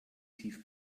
tief